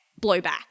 blowback